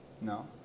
No